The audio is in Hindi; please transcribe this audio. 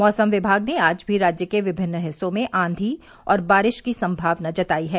मौसम विभाग ने आज भी राज्य के विमिन्न हिस्सों में आधी और बारिश की सम्भावना जताई है